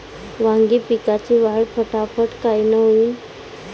वांगी पिकाची वाढ फटाफट कायनं होईल?